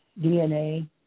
DNA